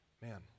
man